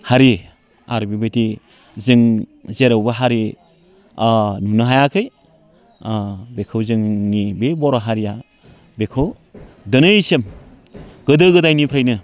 हारि आरो बेबायदि जों जेरावबो हारि नुनो हायाखै बेखौ जोंनि बे बर' हारिया बेखौ दिनैसिम गोदो गोदायनिफ्रायनो